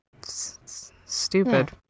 Stupid